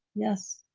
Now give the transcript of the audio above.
yes.